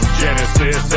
genesis